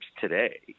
today